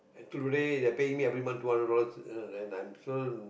today they're paying me every month two hundred dollars and I'm so